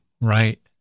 Right